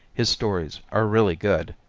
his stories are really good.